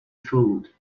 fooled